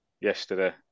yesterday